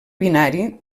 binari